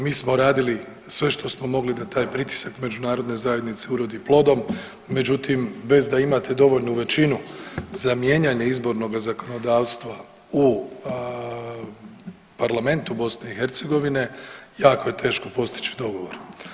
Mi smo radili sve što smo mogli da taj pritisak međunarodne zajednice urodi plodom, međutim bez da imate dovoljnu većinu za mijenjanje izbornoga zakonodavstva u parlamentu BiH jako je teško postići dogovor.